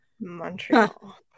Montreal